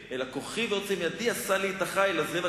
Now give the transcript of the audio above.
אלא: כוחי ועוצם ידי עשה לי את החיל הזה,